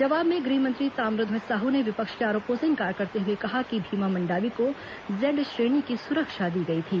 जवाब में गृहमंत्री ताम्रध्वज साहू ने विपक्ष के आरोपों से इंकार करते हुए कहा कि भीमा मंडावी को जेड श्रेणी की सुरक्षा दी गई थी